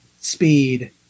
speed